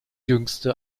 jüngste